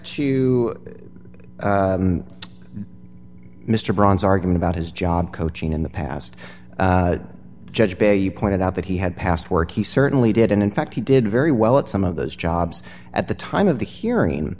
to mr brown's arguing about his job coaching in the past judge bear you pointed out that he had past work he certainly did and in fact he did very well at some of those jobs at the time of the hearing